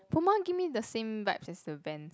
Puma give me the same vibes as the Vans